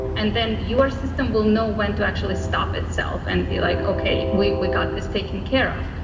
and then your system will know when to actually stop itself and be like, okay, wait, we got this taken care of.